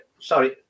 Sorry